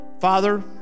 Father